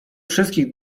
wszystkich